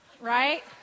right